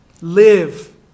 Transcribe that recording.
Live